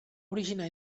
originar